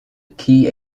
key